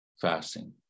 fasting